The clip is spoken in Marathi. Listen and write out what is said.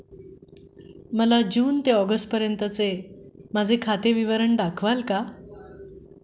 मला जून ते ऑगस्टपर्यंतचे माझे खाते विवरण दाखवाल का?